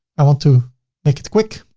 i want to make it quick.